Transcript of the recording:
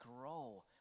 grow